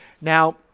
Now